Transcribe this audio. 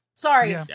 Sorry